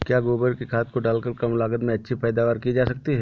क्या गोबर की खाद को डालकर कम लागत में अच्छी पैदावारी की जा सकती है?